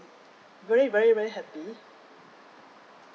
very very very happy